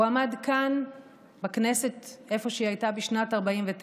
הוא עמד כאן בכנסת, איפה שהיא הייתה בשנת 1949,